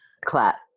clap